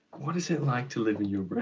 what is it like to live in your